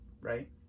right